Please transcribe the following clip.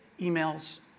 emails